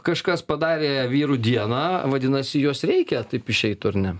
kažkas padarė vyrų dieną vadinasi jos reikia taip išeitų ar ne